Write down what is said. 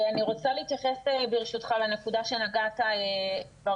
אני רוצה להתייחס, ברשותך, לנקודה שנגעת ברפורמה.